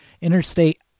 Interstate